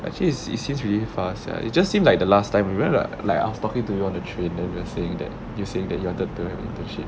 actually it it seems really fast sia it just seemed like the last time we went lik~ like I was talking to you on the train then you were saying that you saying that you wanted to do an internship